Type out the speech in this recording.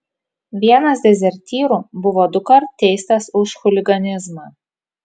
vienas dezertyrų buvo dukart teistas už chuliganizmą